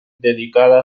dedicada